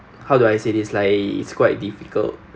how do I say this like it's quite difficult